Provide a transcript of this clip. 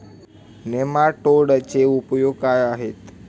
नेमाटोडचे उपयोग काय आहेत?